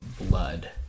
blood